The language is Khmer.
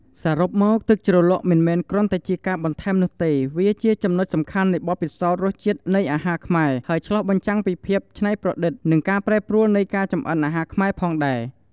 សរុបមក ទឹកជ្រលក់មិនមែនគ្រាន់តែជាការបន្ថែមនោះទេ វាជាចំណុចសំខាន់នៃបទពិសោធន៍រសជាតិនៃអាហារខ្មែរ ហើយឆ្លុះបញ្ចាំងពីភាពច្នៃប្រឌិត និងការប្រែប្រួលនៃការចម្អិនអាហារខ្មែរផងដែរ។